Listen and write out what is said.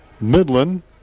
Midland